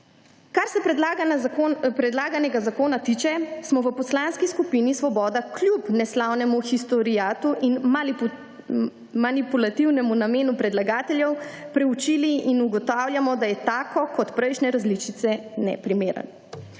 Kar se predlaganega zakona tiče, smo v Poslanski skupini Svoboda kljub neslavnemu historiatu in manipulativnemu namenu predlagateljev preučili in ugotavljamo, da je tako, kot prejšnje različice, neprimeren.